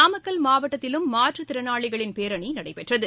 நாமக்கல் மாவட்டத்திலும் மாற்றுத்திறனாளிகளின் பேரணி நடைபெற்றது